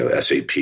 SAP